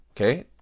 Okay